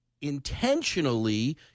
intentionally